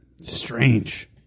strange